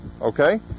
Okay